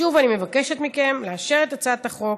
שוב אני מבקשת מכם לאשר את הצעת החוק